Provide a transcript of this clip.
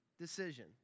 decision